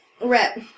rep